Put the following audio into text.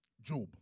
Job